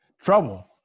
Trouble